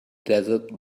desert